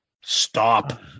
Stop